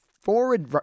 forward